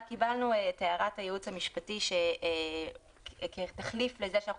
קיבלנו כאן את הערת הייעוץ המשפטי שכתחליף לזה שאנחנו